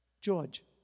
George